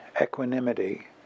equanimity